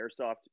airsoft